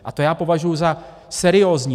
A to já považuji za seriózní.